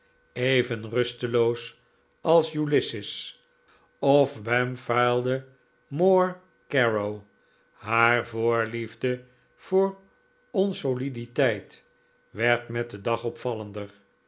even rusteloos als ulysses of bampfylde moore carew haar voorliefde voor onsoliditeit werd met den dag opvallender